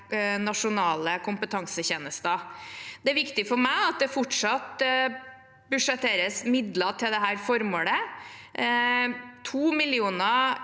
nasjonale kompetansetjenester. Det er viktig for meg at det fortsatt budsjetteres midler til dette formålet – 2 mill. kr